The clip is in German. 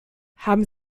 haben